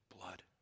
blood